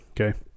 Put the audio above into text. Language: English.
okay